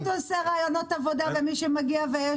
לדעתי תעשה ראיונות עבודה ומי שמגיע ויש